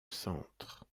centre